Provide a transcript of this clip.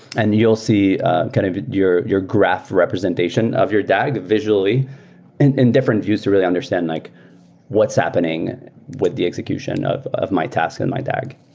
and you'll see kind of your your graph representation of your dag visually and and different views to really understand like what's happening with the execution of of my task and my dag.